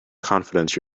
confidence